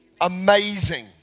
amazing